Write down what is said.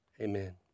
amen